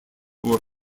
were